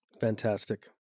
Fantastic